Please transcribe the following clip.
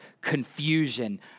confusion